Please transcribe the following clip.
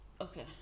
Okay